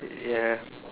ya